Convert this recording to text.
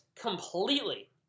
completely